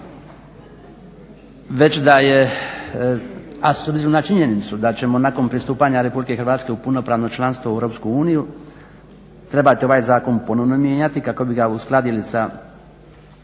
već da je a s obzirom na činjenicu da ćemo nakon pristupanja Republike Hrvatske u punopravno članstvo u EU trebati ovaj zakon ponovno mijenjati kako bi ga uskladili sa